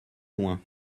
loin